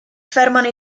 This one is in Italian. fermano